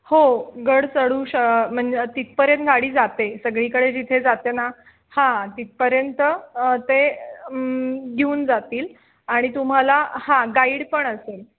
हो गड चढू श म्हणजे तिथपर्यंत गाडी जाते सगळीकडे जिथे जाते ना हां तिथपर्यंत ते घेऊन जातील आणि तुम्हाला हां गाईड पण असेल